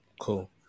Cool